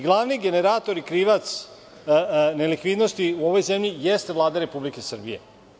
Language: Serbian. Glavni generator i krivac nelikvidnosti u ovoj zemlji, jeste Vlada Republike Srbije.